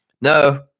no